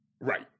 Right